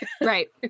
right